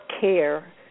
care